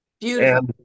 Beautiful